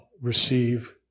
receive